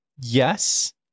Yes